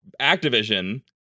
Activision